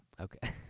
Okay